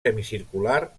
semicircular